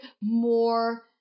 more